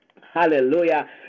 Hallelujah